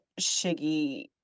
Shiggy